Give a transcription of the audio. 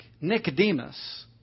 Nicodemus